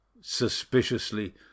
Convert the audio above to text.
suspiciously